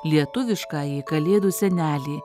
lietuviškąjį kalėdų senelį